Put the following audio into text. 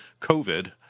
covid